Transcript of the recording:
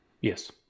Yes